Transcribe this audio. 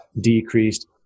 decreased